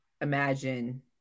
imagine